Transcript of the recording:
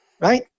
Right